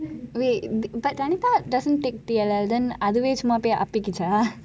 wait but vanitha doesn't take T_L_L then அதுவே சும்மா போய் அப்பிக்கிச்சா:athuvei summa poi appikicha